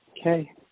Okay